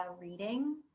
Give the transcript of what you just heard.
reading